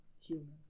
Human